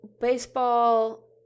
baseball